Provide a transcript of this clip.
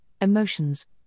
emotions